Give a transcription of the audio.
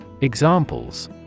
Examples